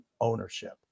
ownership